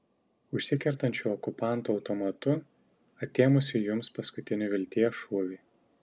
užsikertančiu okupanto automatu atėmusiu jums paskutinį vilties šūvį